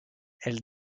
elle